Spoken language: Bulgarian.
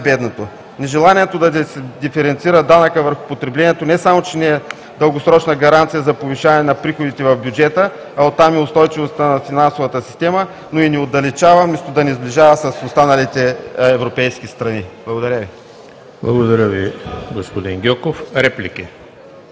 най-бедното. Нежеланието да се диференцира данъкът върху потреблението не само че не е дългосрочна гаранция за повишаване на приходите в бюджета, а оттам и устойчивостта на финансовата система, но и ни отдалечава вместо да ни сближава с останалите европейски страни. Благодаря Ви. ПРЕДСЕДАТЕЛ ЕМИЛ ХРИСТОВ: Благодаря Ви, господин Гьоков. Реплики?